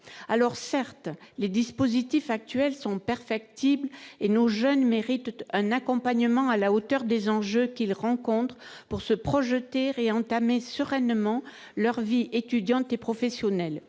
Certes, les dispositifs actuels sont perfectibles et nos jeunes méritent un accompagnement à la hauteur des enjeux qu'ils rencontrent pour se projeter et entamer sereinement leur vie étudiante et professionnelle.